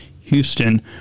Houston